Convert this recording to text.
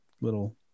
little